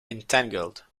entangled